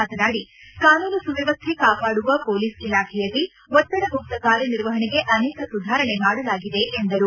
ಮಾತನಾಡಿ ಕಾನೂನು ಸುವ್ವವಸ್ಥೆ ಕಾಪಾಡುವ ಪೊಲೀಸ್ ಇಲಾಖೆಯಲ್ಲಿ ಒತ್ತಡ ಮುಕ್ತ ಕಾರ್ಯನಿರ್ವಹಣೆಗೆ ಅನೇಕ ಸುಧಾರಣೆ ಮಾಡಲಾಗಿದೆ ಎಂದರು